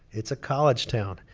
it's a college town.